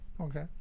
Okay